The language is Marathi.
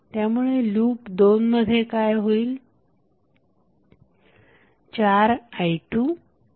त्यामुळे लूप 2 मध्ये काय होईल